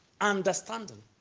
understanding